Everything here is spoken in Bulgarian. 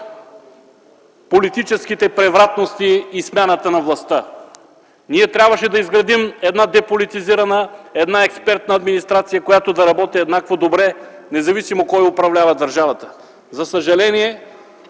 политическите превратности и смяната на властта. Ние трябваше да изградим една деполитизирана, една експертна администрация, която да работи еднакво добре, независимо кой управлява държавата. За съжаление,